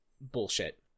bullshit